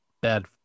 bad